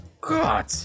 God